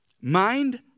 mind